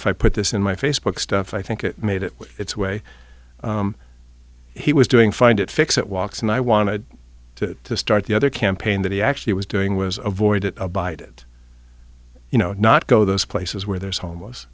if i put this in my facebook stuff i think it made it its way he was doing find it fix it walks and i wanted to start the other campaign that he actually was doing was avoided a bitit you know not go those places where there's hom